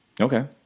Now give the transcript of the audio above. Okay